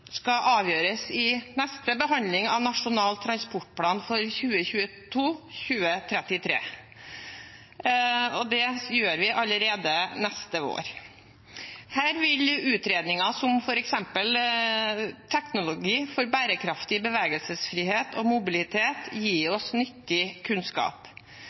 skal avgjøres i behandlingen av Nasjonal transportplan 2022–2033, og det gjør vi allerede neste vår. Her vil utredninger om f.eks. teknologi for bærekraftig bevegelsesfrihet og mobilitet gi oss nyttig kunnskap.